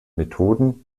methoden